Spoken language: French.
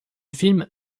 film